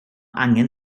angen